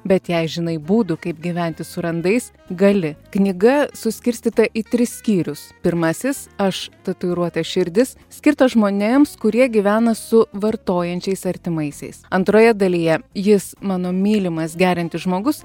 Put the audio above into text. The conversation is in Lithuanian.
bet jei žinai būdų kaip gyventi su randais gali knyga suskirstyta į tris skyrius pirmasis aš tatuiruotė širdis skirtą žmonėms kurie gyvena su vartojančiais artimaisiais antroje dalyje jis mano mylimas geriantis žmogus